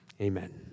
Amen